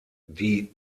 die